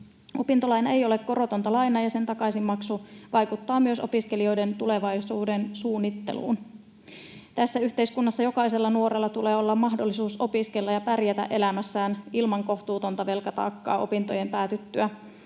Opintolaina ei ole korotonta lainaa, ja sen takaisinmaksu vaikuttaa myös opiskelijoiden tulevaisuudensuunnitteluun. Tässä yhteiskunnassa jokaisella nuorella tulee olla mahdollisuus opiskella ja pärjätä elämässään ilman kohtuutonta velkataakkaa opintojen päätyttyä,